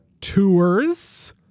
tours